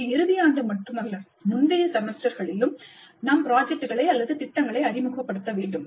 இது இறுதி ஆண்டு மட்டுமல்ல முந்தைய செமஸ்டர்களும் நாம் ப்ராஜெக்ட்களை அல்லது திட்டங்களை அறிமுகப்படுத்த வேண்டும்